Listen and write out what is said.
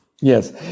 Yes